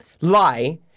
lie